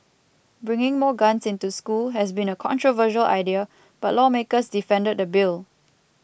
bringing more guns into school has been a controversial idea but lawmakers defended the bill